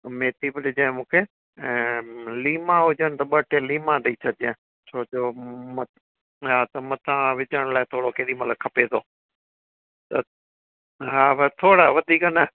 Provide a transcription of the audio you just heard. मेथी बि ॾिजांइ मूंखे ऐं लीमां हुजनि त ॿ टे लीमां ॾई छॾिजांइ छो जो म हा त मथां विझण लाइ थोरो केॾीमहिल खपे थो त हा बस थोरा वधीक न